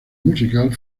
musical